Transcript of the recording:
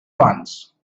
once